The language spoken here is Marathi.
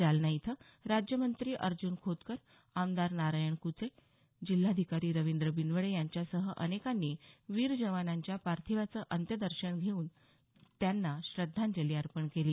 जालना इथं राज्यमंत्री अर्जून खोतकर आमदार नारायण कुचे जिल्हाधिकारी रवींद्र बिनवडे यांच्यासह अनेकांनी वीरजवानाच्या पार्थिवाचं अंत्यदर्शन घेऊन त्यांना श्रद्धांजली अर्पण केली